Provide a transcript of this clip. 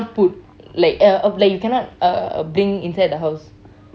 cannot put like uh of like you cannot uh bring inside the house